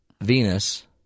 Venus –